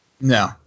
No